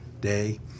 Day